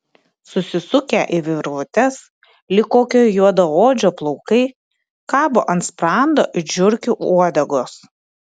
susisukę į virvutes lyg kokio juodaodžio plaukai kabo ant sprando it žiurkių uodegos